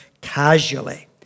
casually